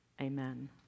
Amen